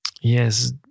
yes